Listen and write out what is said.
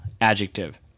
adjective